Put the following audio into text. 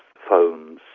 phones,